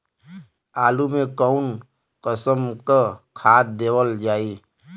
आलू मे कऊन कसमक खाद देवल जाई?